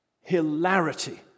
hilarity